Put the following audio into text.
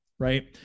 right